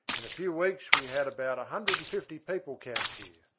in a few weeks we had about a hundred and fifty people camped here.